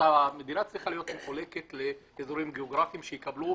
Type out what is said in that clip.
המדינה צריכה להיות מחולקת לאזורים גיאוגרפיים שיקבלו